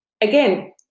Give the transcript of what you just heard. again